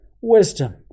wisdom